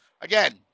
Again